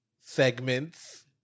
Segments